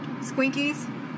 Squinkies